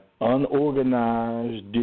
unorganized